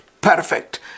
perfect